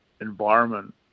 environment